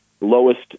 lowest